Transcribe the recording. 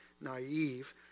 naive